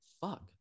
Fuck